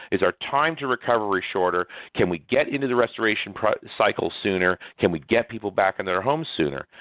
is our time to recovery shorter? can we get into the restoration cycle sooner? can we get people back in their home sooner?